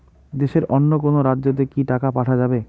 দেশের অন্য কোনো রাজ্য তে কি টাকা পাঠা যাবে?